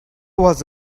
was